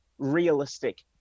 realistic